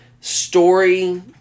Story